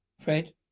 Fred